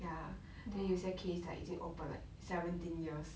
ya then 有些 case like 已经 open like seventeen years